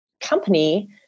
company